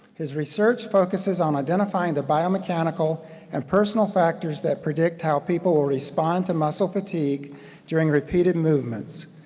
his research focuses on identifying the biomechanical and personal factors that predict how people will respond to muscle fatigue during repeated movements.